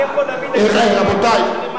מחר אני יכול להביא דגים בלי מס.